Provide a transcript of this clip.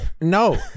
no